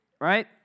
right